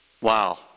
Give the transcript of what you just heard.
wow